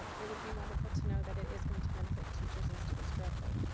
um it would be wonderful to know that it is going to benefit teachers and students directly.